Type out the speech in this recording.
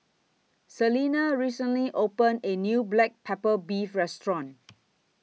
Celina recently opened A New Black Pepper Beef Restaurant